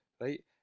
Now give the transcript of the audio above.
right